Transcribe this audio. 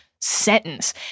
sentence